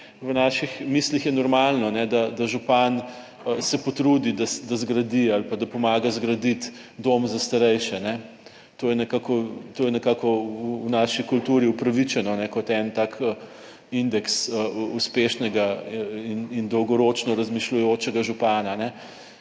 v naših mislih je normalno, da župan se potrudi, da zgradi ali pa da pomaga zgraditi dom za starejše. To je nekako, to je nekako v naši kulturi upravičeno kot en tak indeks uspešnega in dolgoročno razmišljujočega župana